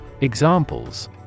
Examples